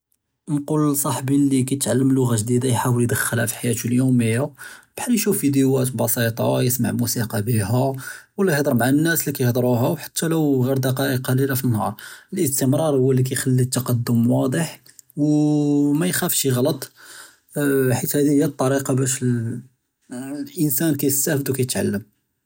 נְגוּל לְצַאחְבִּי לִי כַּיְתְעַלֶם לוּגָ'ה גְ'דִידָה יְחָאוֶול יְדְכְּלַה פִּי חְיַאתוּ אֶלְיוֹמִיָּה בְּחָאל יְשוּף פִידְיוָאת בְּסִיטָה, יִשְׁמַע מוּסִיקָּא בִּיהָ וְלָא יְהְדֶר מַע אֶלְנָאס לִי כַּיְהְדְרוּהָא, וְחַתָּא לוּ עַ'יר דְּקָאיִק קְלִילָה פִּי אֶנְהָאר, אֶלְאִסְתִמְרָאר הֻוָּא לִי כַּיְחַלִּי אֶתְתַּקַּדֻם וָאדֶח, וּוּוּ מָאיְחָאפְשׁ יִעְ'לַט חִית הָאדִי הִיֵּא אֶטְטַרִיקָּה בָּאש אֶלְאִנְסָאן כַּיְסְתָאפֶד וּכַּיְתְעַלֶם.